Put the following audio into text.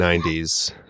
90s